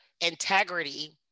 integrity